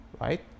right